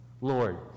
Lord